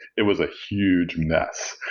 it was a huge mess.